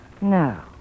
No